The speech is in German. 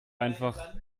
einfach